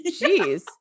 Jeez